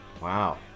Wow